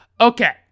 Okay